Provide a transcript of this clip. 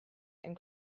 and